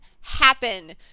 happen